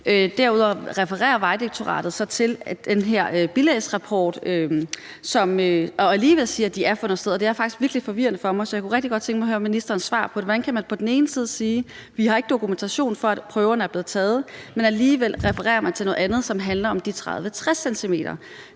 Derudover refererer Vejdirektoratet så til den her bilagsrapport og siger alligevel, at de har fundet sted, og det er faktisk virkelig forvirrende for mig, så jeg kunne rigtig godt tænke mig at høre ministerens svar på, hvordan man på den ene side kan sige, at man ikke har dokumentation for, at prøverne er blevet taget, men alligevel referere til noget andet, som handler om de 30-60 cm.